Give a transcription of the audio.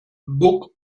bug